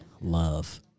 love